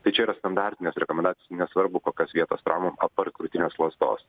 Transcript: tai čia yra standartinės rekomendacijos nesvarbu kokios vietos traumom apart krūtinės ląstos